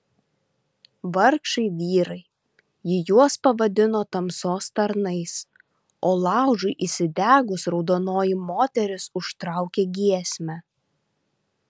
vargšai vyrai ji juos pavadino tamsos tarnais o laužui įsidegus raudonoji moteris užtraukė giesmę